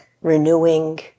renewing